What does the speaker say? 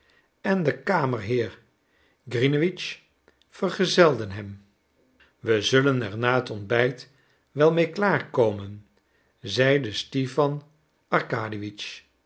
en de kamerheer grinewitsch vergezelden hem we zullen er na het ontbijt wel mee klaar komen zeide stipan